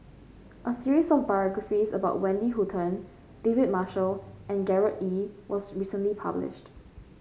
a series of biographies about Wendy Hutton David Marshall and Gerard Ee was recently published